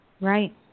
Right